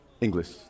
English